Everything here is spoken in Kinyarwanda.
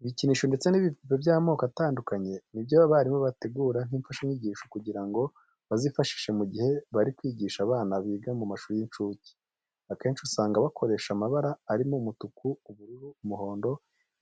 Ibikinisho ndetse n'ibipupe by'amoko atandukanye ni byo abarimu bategura nk'imfashanyigisho kugira ngo bazifashishe mu gihe bari kwigisha abana biga mu mashuri y'incuke. Akenshi usanga bakoresha amabara arimo umutuku, ubururu, umuhondo,